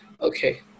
Okay